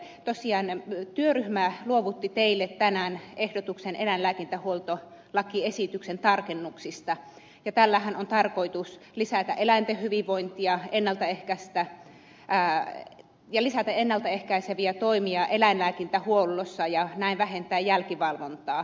tosiaan työryhmä luovutti teille tänään ehdotuksen eläinlääkintähuoltolain tarkennuksista ja tällähän on tarkoitus lisätä eläinten hyvinvointia ja lisätä ennalta ehkäiseviä toimia eläinlääkintähuollossa ja näin vähentää jälkivalvontaa